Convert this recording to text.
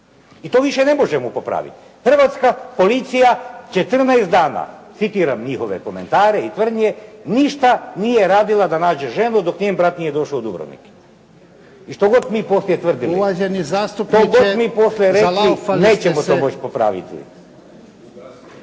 I to više ne možemo popraviti. «Hrvatska policija 14 dana», citiram njihove komentare i tvrdnje «ništa nije radila da nađe ženu dok njen brat nije došao u Dubrovnik». I što god vi poslije tvrdili. **Jarnjak, Ivan (HDZ)** Uvaženi